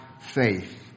faith